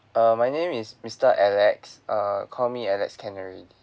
uh my name is mister alex err call me alex can already